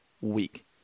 week